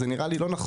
זה נראה לי לא נכון.